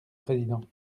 président